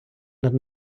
над